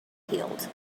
healed